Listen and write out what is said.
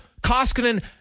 Koskinen